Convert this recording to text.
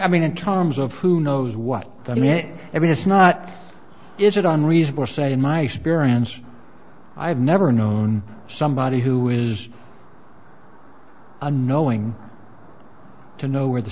i mean in terms of who knows what i mean i mean it's not is it unreasonable say in my experience i've never known somebody who is unknowing to know where the